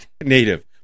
Native